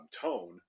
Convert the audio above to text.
tone